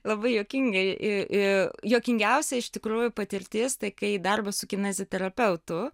labai juokingai juokingiausia iš tikrųjų patirtis tai kai darbas su kineziterapeutu